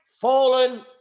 fallen